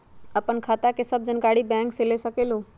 आपन खाता के सब जानकारी बैंक से ले सकेलु?